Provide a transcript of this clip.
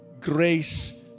grace